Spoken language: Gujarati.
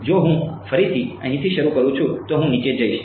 જો હું ફરીથી અહીંથી શરૂ કરું છું તો હું નીચે જઈશ